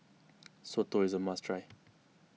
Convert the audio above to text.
Soto is a must try